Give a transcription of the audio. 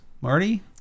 Marty